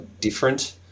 different